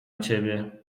ciebie